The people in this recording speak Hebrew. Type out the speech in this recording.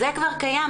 זה כבר קיים,